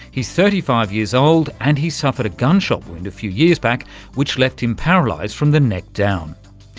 he's thirty five years old and he suffered a gunshot wound a few years back which left him paralysed from the neck down.